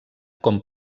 com